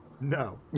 No